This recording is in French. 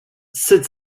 sept